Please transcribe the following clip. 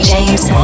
James